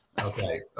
Okay